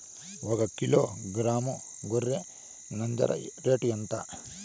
ఒకకిలో గ్రాము గొర్రె నంజర రేటు ఎంత?